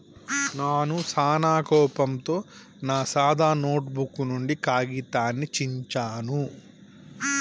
నాను సానా కోపంతో నా సాదా నోటుబుక్ నుండి కాగితాన్ని చించాను